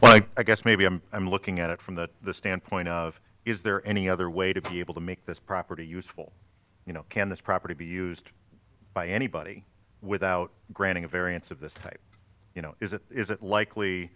one i i guess maybe i'm i'm looking at it from the standpoint of is there any other way to be able to make this property useful you know can this property be used by anybody without granting a variance of this type you know is it is it likely